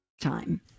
time